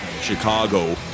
Chicago